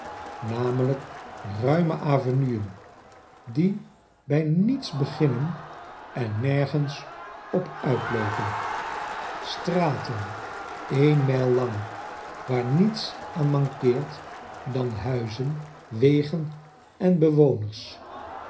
namelijk ruime avenuen die bij niets beginnen en nergens op uitloopen straten een mijl lang waar niets aan mankeert dan huizen wegen en bewoners